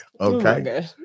Okay